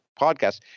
podcast